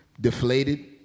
deflated